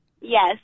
Yes